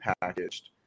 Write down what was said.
packaged